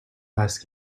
ask